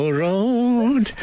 road